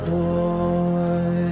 boy